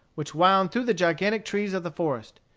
which wound through the gigantic trees of the forest.